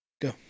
Go